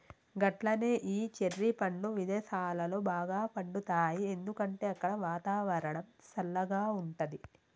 గట్లనే ఈ చెర్రి పండ్లు విదేసాలలో బాగా పండుతాయి ఎందుకంటే అక్కడ వాతావరణం సల్లగా ఉంటది